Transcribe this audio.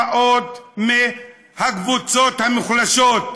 באות מהקבוצות המוחלשות,